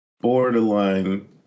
borderline